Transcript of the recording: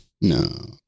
No